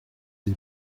des